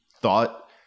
thought